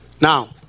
now